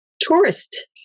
tourist